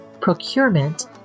procurement